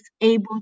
able